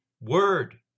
word